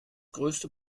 größte